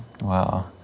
Wow